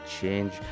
change